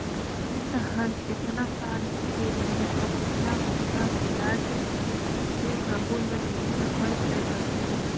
किस्त हर केतना साल के रही अउ केतना ओमहा बियाज लगही ते सबो ल बेंक हर तय करथे